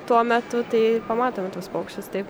tuo metu tai pamatome tuos paukščius taip